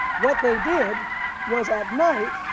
what they did was at night,